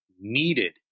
needed